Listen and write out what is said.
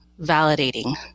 validating